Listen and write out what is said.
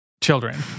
children